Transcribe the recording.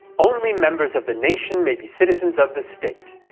only members of the nation may be citizens of the state.